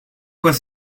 was